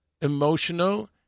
emotional